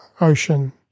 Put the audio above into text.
ocean